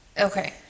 okay